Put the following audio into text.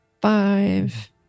five